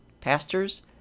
pastors